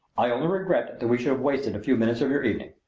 i only regret that we should have wasted a few minutes of your evening.